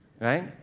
Right